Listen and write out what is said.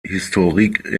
historiques